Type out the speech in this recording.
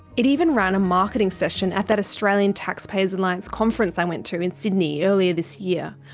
it even ran a marketing session at that australian taxpayers alliance conference i went to in sydney earlier this year,